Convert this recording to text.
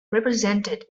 represented